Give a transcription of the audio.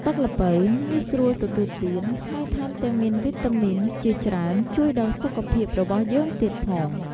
ទឹកល្ពៅ ងាយស្រួលទទួលទាន ហើយថែមទាំងមានវីតាមីនជាច្រើនជួយដល់សុខភាពរបស់យើងទៀតផង។